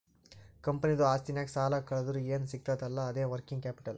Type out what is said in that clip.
ಕಂಪನಿದು ಆಸ್ತಿನಾಗ್ ಸಾಲಾ ಕಳ್ದುರ್ ಏನ್ ಸಿಗ್ತದ್ ಅಲ್ಲಾ ಅದೇ ವರ್ಕಿಂಗ್ ಕ್ಯಾಪಿಟಲ್